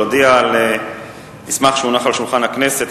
אני אודיע על מסמך שהונח על שולחן הכנסת.